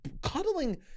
cuddling